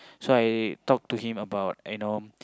so I talk to him about a norm